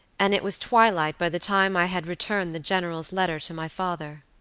and it was twilight by the time i had returned the general's letter to my father.